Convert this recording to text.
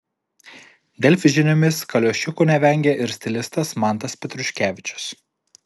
delfi žiniomis kaliošiukų nevengia ir stilistas mantas petruškevičius